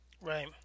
Right